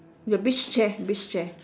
the beach chair beach chair